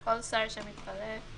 שרים שמתחלפים.